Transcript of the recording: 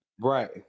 right